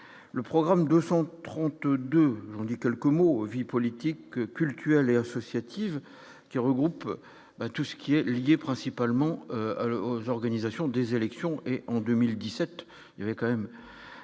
le programme 232 dit quelques mots : vie politique que cultuelle et associative qui regroupe tout ce qui est lié principalement aux organisations des élections en 2017 il y avait quand même